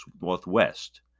Northwest